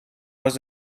was